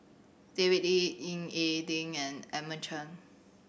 David Lee Ying E Ding and Edmund Cheng